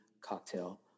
cocktail